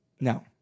No